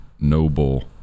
noble